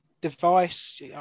DeVice